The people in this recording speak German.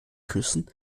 küssen